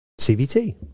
CVT